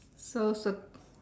so circle